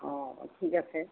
অঁ ঠিক আছে